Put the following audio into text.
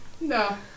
No